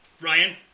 Ryan